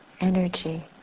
energy